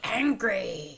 angry